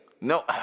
no